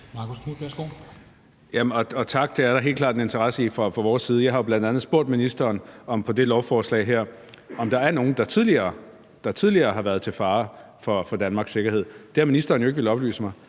Marcus Knuth (KF): Tak. Det er der helt klart en interesse i fra vores side. Jeg har jo bl.a. spurgt ministeren, om der er nogen på det her lovforslag, der tidligere har været til fare for Danmarks sikkerhed. Det har ministeren jo ikke villet oplyse mig